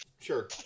sure